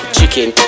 Chicken